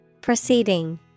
Proceeding